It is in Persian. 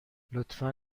لطفا